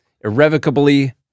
irrevocably